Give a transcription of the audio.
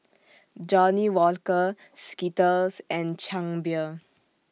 Johnnie Walker Skittles and Chang Beer